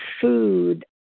food